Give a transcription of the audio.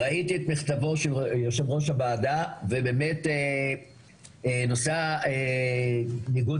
וראיתי את מכתבו של יו"ר הוועדה ובאמת נושא ניגוד